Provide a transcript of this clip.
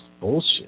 bullshit